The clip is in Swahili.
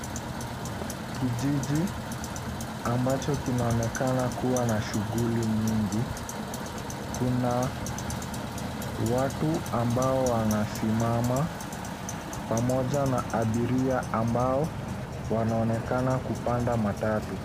Kijiji ambacho kinaonekana kuwa shuguli nyingi, kuna watu ambao wanasimama pamoja na abiria ambao wanaonekana kupanda matatu.